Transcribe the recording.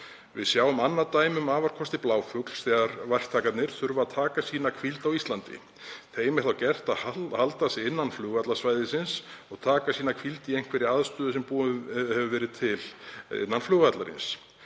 „Við sjáum annað dæmi um afarkosti Bláfugls þegar gerviverktakarnir þurfa að taka sína hvíld á Íslandi. Þeim er þá gert að halda sig innan flugvallarsvæðisins … og taka sína hvíld í einhverri aðstöðu sem búin hefur verið til innan flugvallarins